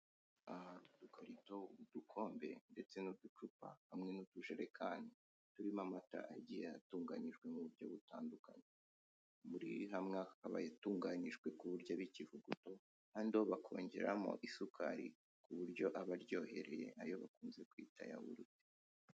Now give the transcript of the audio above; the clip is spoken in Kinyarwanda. Aha hari udukarito, udukombe ndetse n'uducupa, hamwe n'utujerekani turimo amata agiye atunganyijwe mu buryo butandukanye, muri hamwe hakaba ayatunganyijwe ku buryo aba ikivuguto andi yo bakongeramo isukari kuburyo aba aryohereye ayo bakunze kwita yawurute.